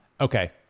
okay